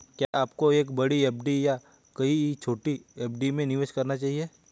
क्या आपको एक बड़ी एफ.डी या कई छोटी एफ.डी में निवेश करना चाहिए?